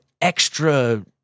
extra